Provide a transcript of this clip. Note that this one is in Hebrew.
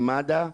עם מד"א,